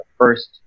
first